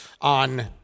on